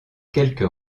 quelques